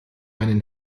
einen